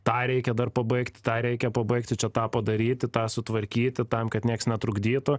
tą reikia dar pabaigti tą reikia pabaigti čia tą padaryti tą sutvarkyti tam kad nieks netrukdytų